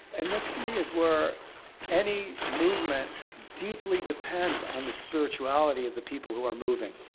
and this to me is where any movement deeply depends on the spirituality of the people who are moving.